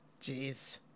Jeez